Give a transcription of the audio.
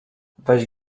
weź